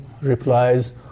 replies